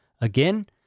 Again